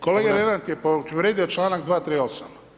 Kolega Lenart je povrijedio članak 238.